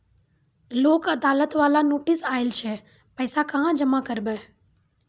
लोक अदालत बाला नोटिस आयल छै पैसा कहां जमा करबऽ?